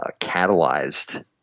catalyzed